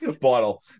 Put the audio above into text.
bottle